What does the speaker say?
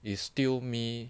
is still me